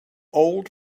old